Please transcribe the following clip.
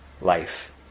life